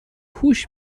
هوش